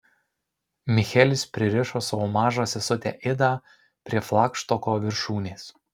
michelis pririšo savo mažą sesutę idą prie flagštoko viršūnės